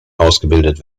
ausgebildet